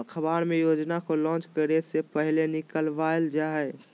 अखबार मे योजना को लान्च करे से पहले निकलवावल जा हय